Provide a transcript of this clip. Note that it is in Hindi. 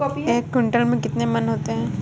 एक क्विंटल में कितने मन होते हैं?